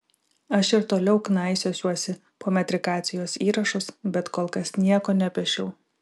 aš ir toliau knaisiosiuosi po metrikacijos įrašus bet kol kas nieko nepešiau